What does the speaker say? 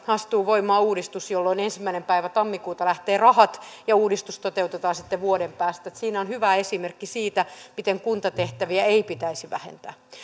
astuu voimaan uudistus jolloin ensimmäinen päivä tammikuuta lähtee rahat ja uudistus toteutetaan sitten vuoden päästä siinä on hyvä esimerkki siitä miten kuntatehtäviä ei pitäisi vähentää